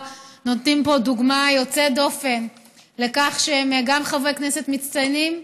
נותנים פה דוגמה יוצאת דופן בכך שהם גם חברי כנסת מצטיינים,